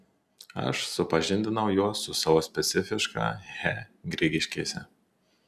aš supažindinau juos su savo specifiška he grigiškėse